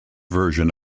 version